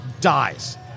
Dies